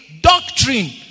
doctrine